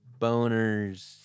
Boners